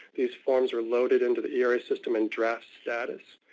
these forms are loaded into the era system in draft status.